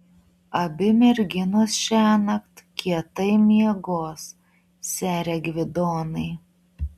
abi merginos šiąnakt kietai miegos sere gvidonai